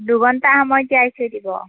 দুঘণ্টা সময় তিয়াই থৈ দিব